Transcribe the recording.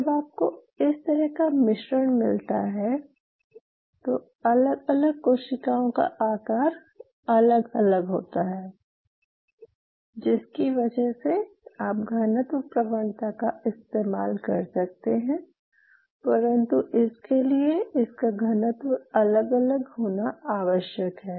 जब आपको इस तरह का मिश्रण मिलता है तो अलग अलग कोशिकाओं का आकार अलग अलग होता है जिसकी वजह से आप घनत्व प्रवणता का इस्तेमाल कर सकते हैं परन्तु इसके लिए इनका घनत्व अलग अलग होना आवश्यक है